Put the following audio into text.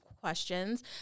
questions